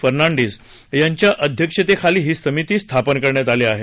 फर्नांडिस यांच्या अध्यक्षतेखाली ही समिती स्थापन करण्यात आली आहे